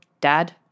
Dad